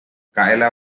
kayla